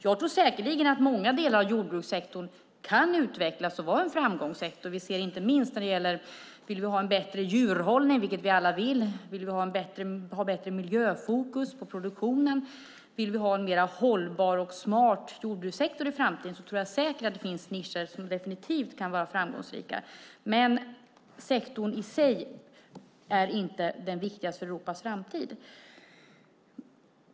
Jag tror säkerligen att många delar av jordbrukssektorn kan utvecklas och vara en framgångssektor. Det ser vi inte minst när det gäller frågan om vi vill ha en bättre djurhållning, vilket vi ju alla vill. Vill vi ha bättre miljöfokus på produktionen? Om vi vill vi ha en mer hållbar och smart jordbrukssektor i framtiden tror jag säkert att det finns nischer som definitivt kan vara framgångsrika. Men sektorn i sig är inte den viktigaste för Europas framtid.